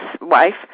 wife